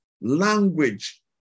language